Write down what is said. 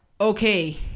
Okay